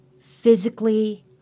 physically